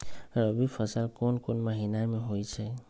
रबी फसल कोंन कोंन महिना में होइ छइ?